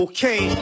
Okay